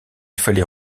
fallait